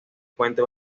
puente